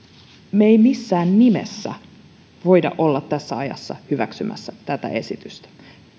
me emme missään nimessä voi olla tässä ajassa hyväksymässä tätä esitystä